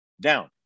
down